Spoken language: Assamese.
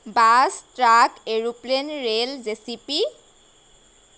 bus truck aeroplane rail J C B